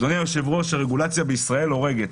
אדוני היושב-ראש, הרגולציה בישראל הורגת.